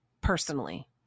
personally